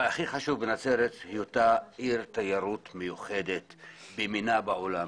אבל הכי חשוב בנצרת זה היותה עיר תיירות מיוחדת במינה בעולם.